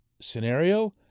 scenario